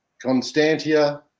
constantia